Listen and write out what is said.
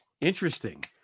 Interesting